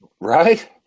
Right